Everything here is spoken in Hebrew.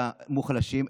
למוחלשים,